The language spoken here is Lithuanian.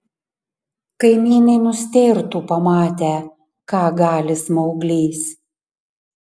kaimynai nustėrtų pamatę ką gali smauglys